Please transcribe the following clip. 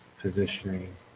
positioning